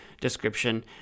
description